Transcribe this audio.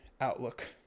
outlook